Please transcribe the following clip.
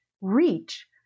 reach